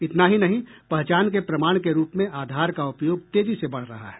इतना ही नहीं पहचान के प्रमाण के रूप में आधार का उपयोग तेजी से बढ़ रहा है